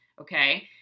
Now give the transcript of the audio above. okay